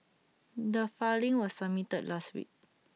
the filing was submitted last week